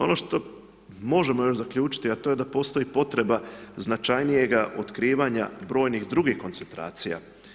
Ono što možemo još zaključiti, a to je da postoji potreba značajnijega otkrivanja brojnih drugih situacija.